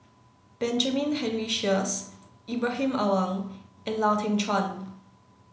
Benjamin Henry Sheares Ibrahim Awang and Lau Teng Chuan